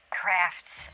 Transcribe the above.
crafts